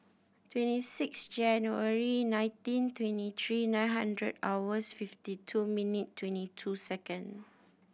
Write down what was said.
twenty six January nineteen twenty three nine hundred hours fifty two minute twenty two second